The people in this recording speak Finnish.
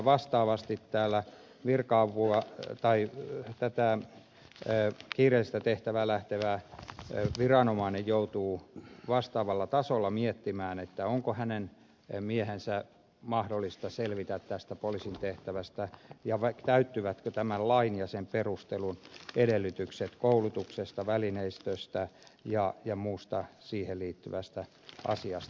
vastaavasti täällä virka avulla se taipui tätä kiireellistä tehtävää suorittamaan lähtevä viranomainen joutuu vastaavalla tavalla miettimään onko hänen miehensä mahdollista selvitä tästä poliisin tehtävästä ja täyttyvätkö tämän lain ja sen perustelun edellytykset koulutuksesta välineistöstä ja muusta siihen liittyvästä asiasta